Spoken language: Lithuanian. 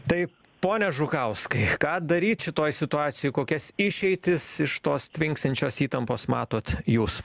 tai pone žukauskai ką daryt šitoj situacijoj kokias išeitis iš tos tvinksinčios įtampos matot jūs